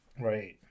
Right